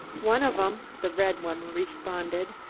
one of em, the red one responded.